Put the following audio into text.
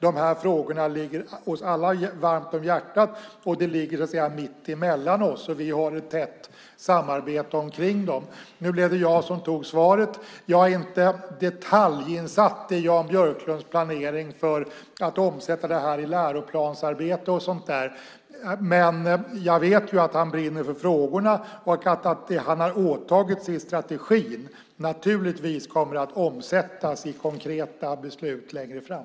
De här frågorna ligger oss alla varmt om hjärtat. De ligger mittemellan oss, och vi har ett tätt samarbete om dem. Nu blev det jag som tog svaret. Jag är inte detaljinsatt i Jan Björklunds planering för att omsätta detta i läroplan och sådant. Men jag vet att han brinner för frågorna och att det han har åtagit sig i strategin naturligtvis kommer att omsättas i konkreta beslut längre fram.